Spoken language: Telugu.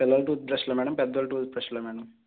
పిల్లల టూత్ బ్రష్లా మ్యాడమ్ పెద్దల టూత్ బ్రష్లా మ్యాడమ్